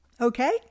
okay